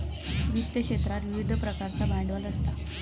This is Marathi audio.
वित्त क्षेत्रात विविध प्रकारचा भांडवल असता